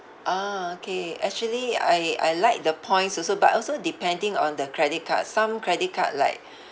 ah okay actually I I like the points also but also depending on the credit card some credit card like